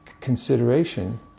consideration